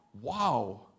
wow